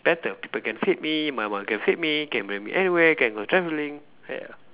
better people can feed me my mum can feed me can bring me anywhere can go travelling a~